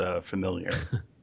familiar